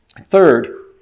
Third